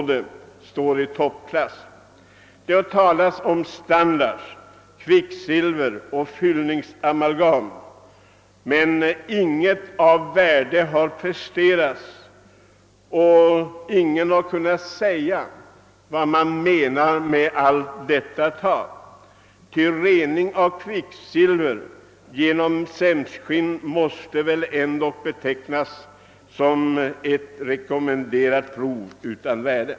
Det har talats om standards, kvicksilver och fyllningsamalgam men inget av värde har presterats, och ingen har kunnat säga vad som menas med allt detta tal. Rening av kvicksilver genom sämskskinn måste väl ändå betecknas som ett rekommenderat prov utan värde.